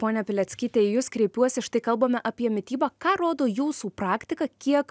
ponia pileckyte į jus kreipiuosi štai kalbame apie mitybą ką rodo jūsų praktika kiek